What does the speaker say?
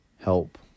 Help